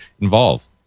involve